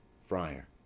FRIAR